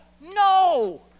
no